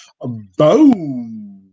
BOOM